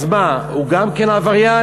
אז מה, הוא גם כן עבריין?